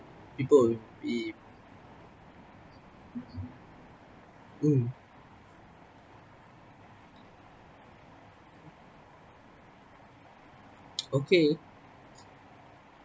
people would be mm okay